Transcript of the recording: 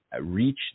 reach